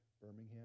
Birmingham